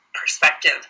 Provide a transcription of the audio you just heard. perspective